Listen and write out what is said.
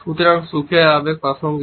সুতরাং সুখের আবেগ প্রাসঙ্গিক